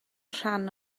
rhan